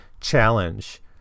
challenge